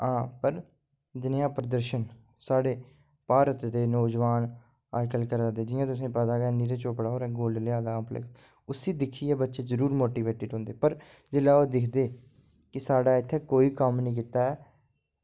हां पर जनेहा प्रदर्शन साढ़े भारत दे नोजोआन अजकल्ल करा दे जियां तुसें गी पता गै नीरज चोपड़ा होरें गोल्ड लेआ दा अपने उस्सी दिक्खियै बच्चे जरूर मोटिवेटेड होंदे पर जेल्लै ओह् दिक्खदे कि साढ़ा इत्थे कोई कम्म निं कीता ऐ